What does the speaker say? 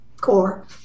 core